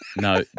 no